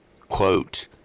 quote